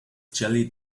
jelly